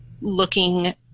looking